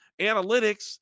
analytics